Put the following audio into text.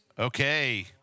Okay